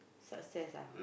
success ah